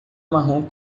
marrom